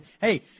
hey